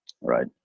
Right